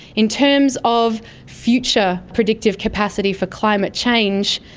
in terms of future predictive capacity for climate change,